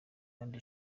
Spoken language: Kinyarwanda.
kandi